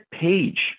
page